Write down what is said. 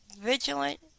vigilant